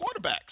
quarterbacks